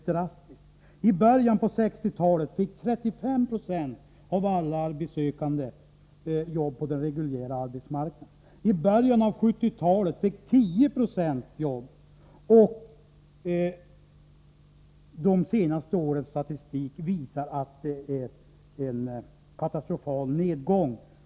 I början av 1960-talet fick cirka 35 procent av alla arbetssökande med handikapp jobb på den reguljära arbetsmarknaden. I början av 1970-talet fick cirka tio procent jobb. De senaste årens statistik visar på en katastrofal nedgång.